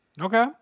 Okay